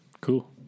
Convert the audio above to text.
cool